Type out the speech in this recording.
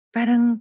Parang